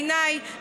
בעיניי,